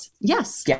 Yes